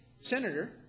senator